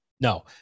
no